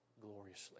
gloriously